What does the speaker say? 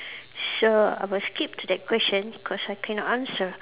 sure I will skip to that question cause I cannot answer